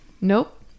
Nope